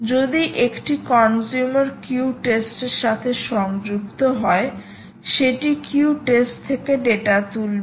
যদি একটি consumer queue test এর সাথে সংযুক্ত হয় সেটি কিউ টেস্ট থেকে ডেটা তুলবে